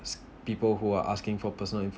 people who are asking for personal info